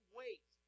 wait